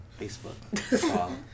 Facebook